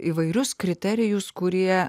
įvairius kriterijus kurie